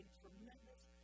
tremendous